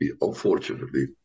unfortunately